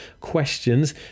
questions